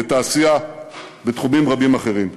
בתעשייה ובתחומים רבים אחרים.